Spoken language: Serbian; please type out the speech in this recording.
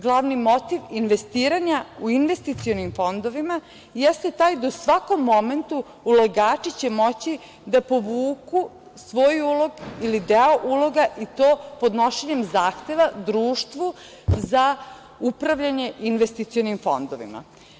Glavni motiv investiranja u investicionim fondovima jeste taj da u svakom momentu ulagači će moći da povuku svoj ulog ili deo uloga i to podnošenjem zahteva društvu za upravljanje investicionim fondom.